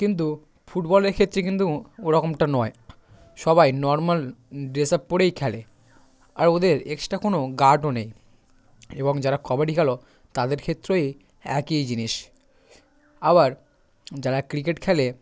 কিন্তু ফুটবলের ক্ষেত্রে কিন্তু ওরকমটা নয় সবাই নরমাল ড্রেসাপ পরেই খেলে আবার ওদের এক্সস্ট্রা কোনো গার্ডও নেই এবং যারা কবাডি খেলক তাদের ক্ষেত্রেই একই জিনিস আবার যারা ক্রিকেট খেলে